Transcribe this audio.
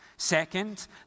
Second